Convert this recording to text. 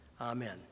Amen